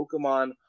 Pokemon